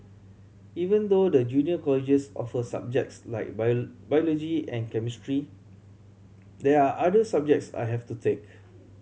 even though the junior colleges offer subjects like biology and chemistry there are other subjects I have to take